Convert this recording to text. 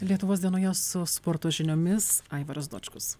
lietuvos dienoje su sporto žiniomis aivaras dočkus